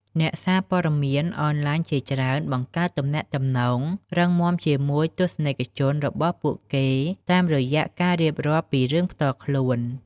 អ្នកសារព័ត៌មានអនឡាញជាច្រើនបង្កើតទំនាក់ទំនងរឹងមាំជាមួយទស្សនិកជនរបស់ពួកគេតាមរយៈការរៀបរាប់ពីរឿងផ្ទាល់ខ្លួន។